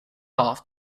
off